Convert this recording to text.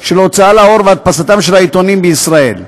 של ההוצאה לאור והדפסתם של העיתונים בישראל.